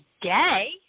today